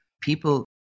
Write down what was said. people